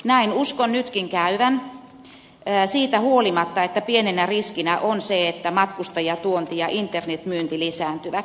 näin uskon nytkin käyvän siitä huolimatta että pienenä riskinä on se että matkustajatuonti ja internetmyynti lisääntyvät